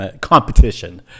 competition